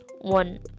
one